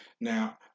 Now